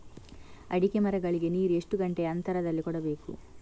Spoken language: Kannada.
ಅಡಿಕೆ ಮರಗಳಿಗೆ ನೀರು ಎಷ್ಟು ಗಂಟೆಯ ಅಂತರದಲಿ ಕೊಡಬೇಕು?